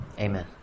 Amen